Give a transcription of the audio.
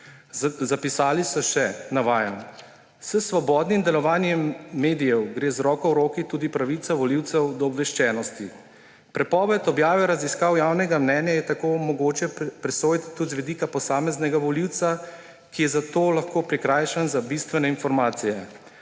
Zapisali so še, navajam: »S svobodnim delovanjem medijev gre z roko v roki tudi pravica volivcev do obveščenosti. Prepoved objave raziskav javnega mnenja je tako mogoče presojati tudi z vidika posameznega volivca, ki je zato lahko prikrajšan za bistvene informacije.